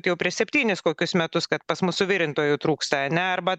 jau prieš septynis kokius metus kad pas mus suvirintojų trūksta ane arba